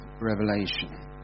revelation